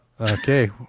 Okay